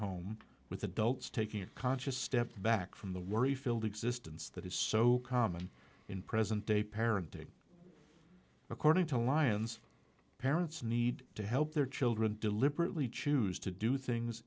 home with adults taking a conscious step back from the worry filled existence that is so common in present day parenting according to lyons parents need to help their children deliberately choose to do things